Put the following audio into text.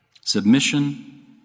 Submission